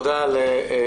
תודה על תגובתכם.